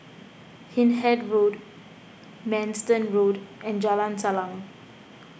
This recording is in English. Hindhede Road Manston Road and Jalan Salang